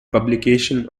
publication